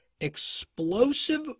explosive